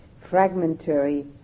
Fragmentary